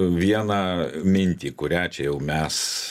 vieną mintį kurią čia jau mes